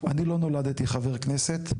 אני לא נולדתי חבר כנסת,